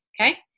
Okay